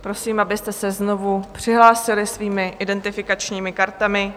Prosím, abyste se znovu přihlásili svými identifikačními kartami.